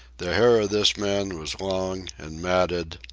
the hair of this man was long and matted,